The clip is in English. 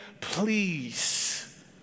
Please